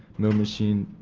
milling machine,